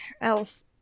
else